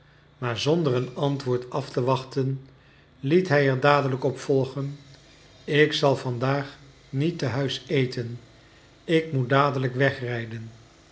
maar zonder een antwoord af te wachten liet hij er dadelijk op volgen ik zal van daag niet te huis eten ik moet dadelijk wegrijden